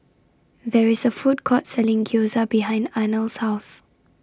There IS A Food Court Selling Gyoza behind Arnold's House